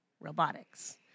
robotics